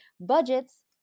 budgets